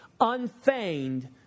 unfeigned